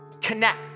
connect